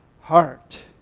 heart